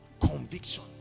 Conviction